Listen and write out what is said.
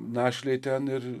našlei ten ir